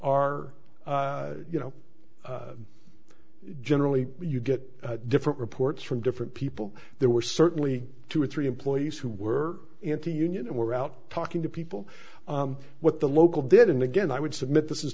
are you know generally you get different reports from different people there were certainly two or three employees who were anti union and were out talking to people what the local did and again i would submit this is